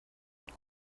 und